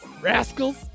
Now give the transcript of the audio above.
rascals